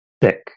thick